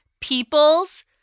People's